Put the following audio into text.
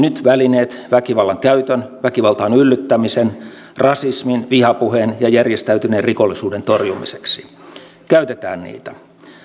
nyt välineet väkivallan käytön väkivaltaan yllyttämisen rasismin vihapuheen ja järjestäytyneen rikollisuuden torjumiseksi käytetään niitä